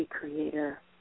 Creator